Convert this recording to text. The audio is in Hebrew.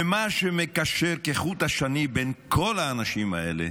ומה שמקשר כחוט השני בין כל האנשים האלה